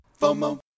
FOMO